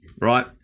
right